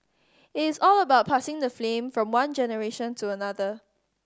it is all about passing the flame from one generation to another